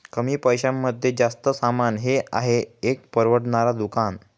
कमी पैशांमध्ये जास्त सामान हे आहे एक परवडणार दुकान